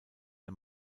der